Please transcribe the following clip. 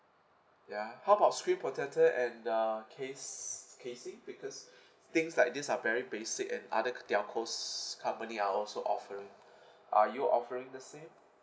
ya how about screen protector and uh case casing because things like these are very basic and other telcos company are also offering are you offering the same